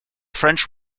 french